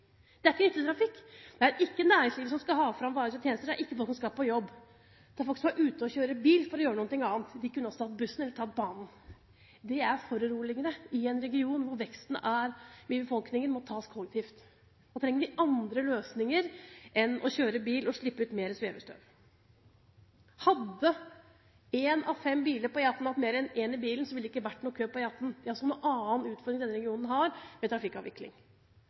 Det er ikke nyttetrafikk, det er ikke næringslivet som skal ha fram varer og tjenester, det er ikke folk som skal på jobb. Det er folk som er ute og kjører bil for å gjøre noe annet. De kunne også tatt bussen eller tatt banen. Det er foruroligende i en region hvor veksten i befolkningen må tas kollektivt. Da trenger vi andre løsninger enn å kjøre bil og slippe ut mer svevestøv. Hadde én av fem biler på E18 hatt mer enn én i bilen, ville det ikke vært noen kø på E18. Det er også en annen utfordring denne regionen har med trafikkavvikling.